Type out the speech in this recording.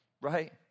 Right